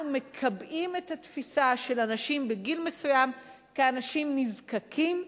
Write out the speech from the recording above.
אנחנו מקבעים את התפיסה של אנשים בגיל מסוים כאנשים נזקקים,